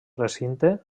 recinte